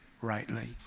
rightly